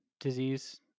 disease